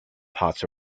pots